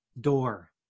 door